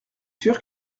sûr